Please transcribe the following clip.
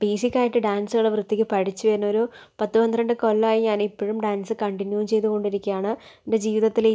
ഇപ്പോൾ ഈസിയൊക്കെയായിട്ട് ഡാൻസ് വൃത്തിക്ക് പഠിച്ച് വരുന്നൊരു പത്ത് പന്ത്രണ്ട് കൊല്ലമായി ഞാനിപ്പോഴും ഡാൻസ് കണ്ടിന്യു ചെയ്തു കൊണ്ടിരിക്കയാണ് എൻ്റെ ജീവിതത്തിലെ ഏറ്റവും